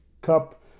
Cup